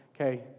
Okay